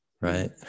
right